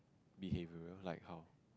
behavioural like how